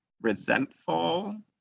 resentful